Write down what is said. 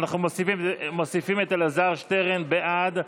אנחנו מוסיפים את אלעזר שטרן, בעד,